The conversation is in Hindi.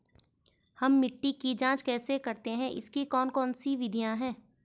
हम मिट्टी की जांच कैसे करते हैं इसकी कौन कौन सी विधियाँ है?